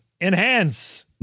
Enhance